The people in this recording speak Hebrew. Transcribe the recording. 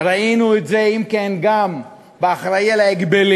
ראינו את זה, אם כן, גם בממונה על ההגבלים.